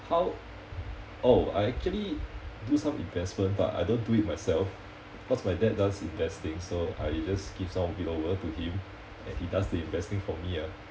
how oh I actually do some investment but I don't do it myself cause my dad does investing so I just give some of it over to him and he does the investing for me ah